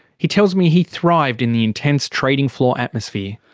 he tells me he thrived in the intense trading-floor atmosphere.